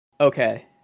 okay